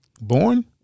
Born